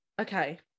Okay